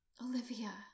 Olivia